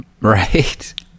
Right